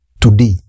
today